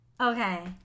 Okay